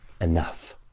enough